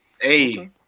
Hey